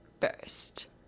first